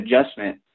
adjustment